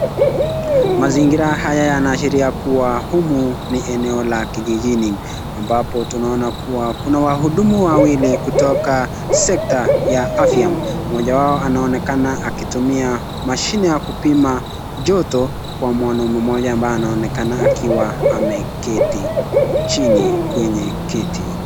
Mazingira haya yanaashiria kuwa humu ni eneo la kijijini ambapo tunaona kuwa kuna wahudumu wawili kutoka sekta ya afya, mmoja wao anaonekana akitumia mashini ya kupima joto kwa mwanaume mmoja ambaye anaonekana akiwa ameketi chini kwenye kiti.